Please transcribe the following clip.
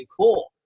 cool